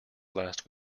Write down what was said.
last